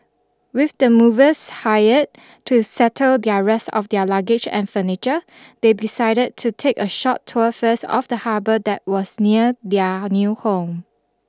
with the movers hired to settle their rest of their luggage and furniture they decided to take a short tour first of the harbour that was near their new home